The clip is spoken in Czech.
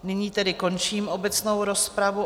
Nyní tedy končím obecnou rozpravu.